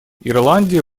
ирландия